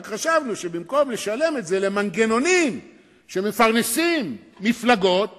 רק חשבנו שבמקום לשלם את זה למנגנונים שמפרנסים מפלגות